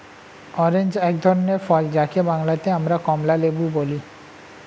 orange এক ধরনের ফল যাকে বাংলাতে আমরা কমলালেবু বলি